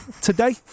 Today